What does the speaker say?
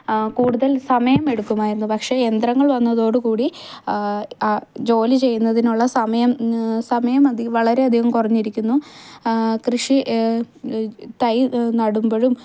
കൂടുതൽ സമയം എടുക്കുമായിരുന്നു പക്ഷേ യന്ത്രങ്ങൾ വന്നതോട് കൂടി ജോലി ചെയ്യുന്നതിനുള്ള സമയം സമയം വളരെ അധികം കുറഞ്ഞിരിക്കുന്നു കൃഷി തയ് നടുമ്പഴും